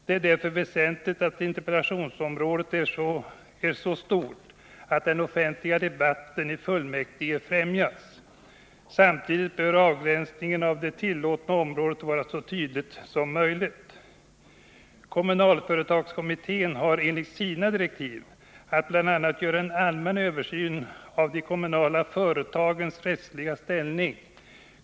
Det är därför väsentligt att interpellationsområdet är så stort att den offentliga debatten i fullmäktige främjas. Samtidigt bör avgränsningen av det tillåtna området vara så tydlig som möjligt. Kommunalföretagskommittén har enligt sina direktiv att bl.a. göra en allmän översyn av de kommunala företagens rättsliga ställning.